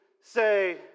say